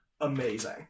amazing